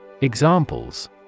Examples